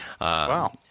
Wow